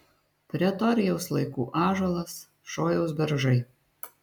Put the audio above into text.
pretorijaus laikų ąžuolas šojaus beržai